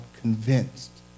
convinced